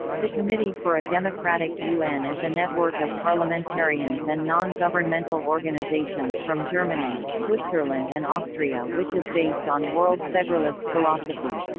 the committee for a democratic un is a network of parliamentarians and non-governmental organizations from germany, switzerland and austria which is based on world federalist philosophy.